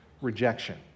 rejection